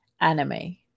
anime